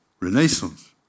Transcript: renaissance